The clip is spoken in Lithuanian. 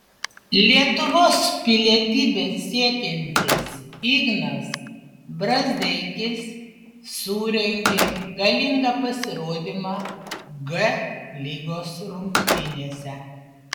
lietuvos pilietybės siekiantis ignas brazdeikis surengė galingą pasirodymą g lygos rungtynėse